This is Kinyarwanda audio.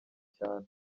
cyane